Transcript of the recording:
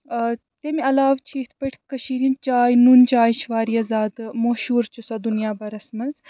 تَمہِ علاوٕ چھُ یِتھ پٲٹھۍ کٔشیٖرِ ہِنٛدۍ چاے نُن چاے چھِ واریاہ زیادٕ مہشوٗر چھِ سۄ دُنیا بَرَس منٛز